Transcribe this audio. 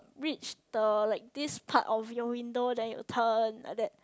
reach the like this part of your window then you turn like that